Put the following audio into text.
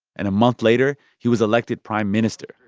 and a month later, he was elected prime minister,